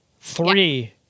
three